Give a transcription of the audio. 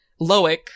Loic